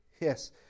Yes